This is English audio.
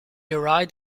arrived